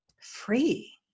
Free